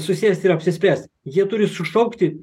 susėsti ir apsispręst jie turi sušaukti